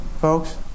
folks